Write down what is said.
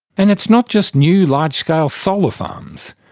and it's not just new large-scale solar farms.